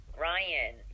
Ryan